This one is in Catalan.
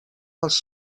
pels